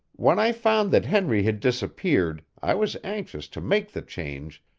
when i found that henry had disappeared i was anxious to make the change,